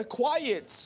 quiet